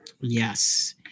Yes